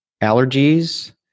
allergies